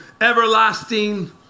everlasting